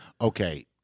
Okay